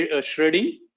shredding